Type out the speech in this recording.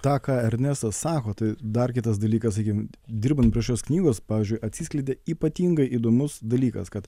tą ką ernestas sako tai dar kitas dalykas sakykim dirbant prie šios knygos pavyzdžiui atsiskleidė ypatingai įdomus dalykas kad